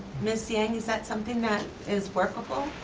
ms. yang, is that something that is workable?